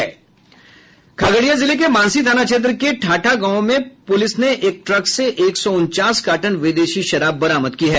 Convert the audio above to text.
खगड़िया जिले के मानसी थाना क्षेत्र के ठाठा गांव से पूलिस ने एक ट्रक से एक सौ उनचास कार्टन विदेशी शराब बरामद की है